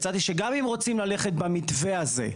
הצעתי שגם אם רוצים ללכת במתווה הזה,